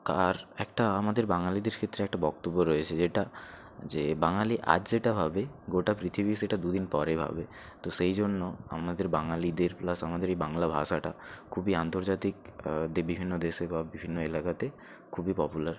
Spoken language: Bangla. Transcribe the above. আর একটা আমাদের বাঙালিদের ক্ষেত্রে একটা বক্তব্য রয়েছে যেটা যে বাঙালি আজ যেটা ভাবে গোটা পৃথিবী সেটা দুদিন পরে ভাবে তো সেই জন্য আমাদের বাঙালিদের প্লাস আমাদের এই বাংলা ভাষাটা খুবই আন্তর্জাতিক বিভিন্ন দেশে বা বিভিন্ন এলাকাতে খুবই পপুলার